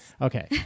Okay